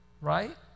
right